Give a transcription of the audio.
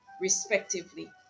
respectively